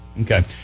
okay